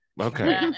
Okay